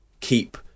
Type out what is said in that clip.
keep